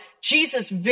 Jesus